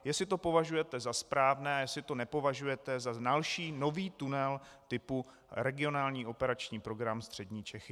Jestli to považujete za správné a jestli to nepovažujete za další nový tunel typu regionální operační program Střední Čechy.